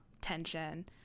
tension